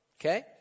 Okay